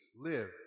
live